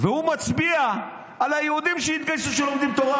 והוא מצביע על היהודים שלומדים תורה